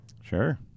sure